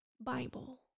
Bible